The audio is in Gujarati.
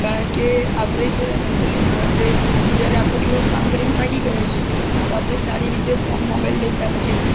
કારણ કે આપણે જ્યારે મેન્ટલી આપણે જ્યારે આખો દિવસ કામ કરીને થાકી ગયા છે તો આપણે સારી રીતે ફોન મોબાઈલ ડેટા એટલે કે